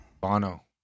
Bono